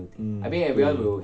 hmm 对